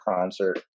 concert